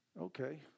Okay